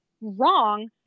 wrong